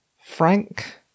Frank